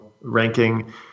ranking